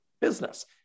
business